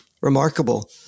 remarkable